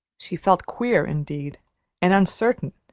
she felt queer indeed and uncertain,